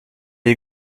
you